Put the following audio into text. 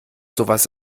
sowas